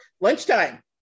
lunchtime